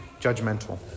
judgmental